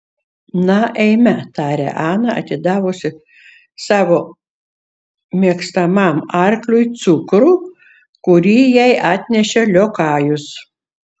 na eime tarė ana atidavusi savo mėgstamam arkliui cukrų kurį jai atnešė liokajus